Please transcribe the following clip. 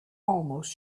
almost